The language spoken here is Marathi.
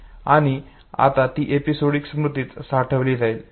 आणि आता ती एपिसोडिक स्मृतीत साठवली जाईल